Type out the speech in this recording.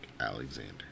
Alexander